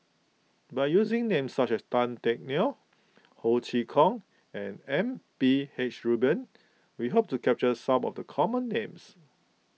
by using names such as Tan Teck Neo Ho Chee Kong and M P H Rubin we hope to capture some of the common names